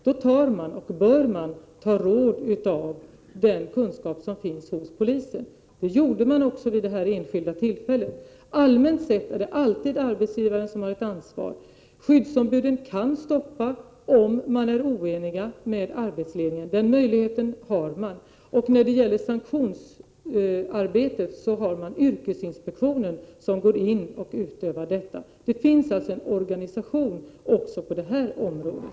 Då bör man ta råd av den kunskap som finns hos polisen. Det gjorde man vid detta enskilda tillfälle. Allmänt sett är det alltid arbetsgivaren som har ansvaret. Skyddsombudet kan stoppa produktionen, om man är oenig med arbetsledningen. Den möjligheten finns. När det gäller sanktionsarbetet vill jag säga att det är yrkesinspektionen som går in och utövar detta. Det finns alltså en organisation också på det här området.